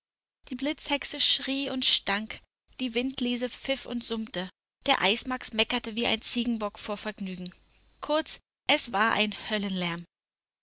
die blitzhexe schrie und stank die windliese pfiff und summte der eismax meckerte wie ein ziegenbock vor vergnügen kurz es war ein höllenlärm